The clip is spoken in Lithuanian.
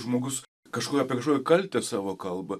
žmogus kažko apie kažkokį kaltę savo kalba